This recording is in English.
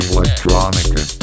Electronica